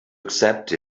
accept